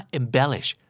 embellish